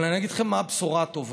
אבל אני אגיד לכם מה הבשורה הטובה.